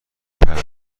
پرنده